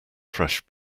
fresh